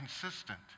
consistent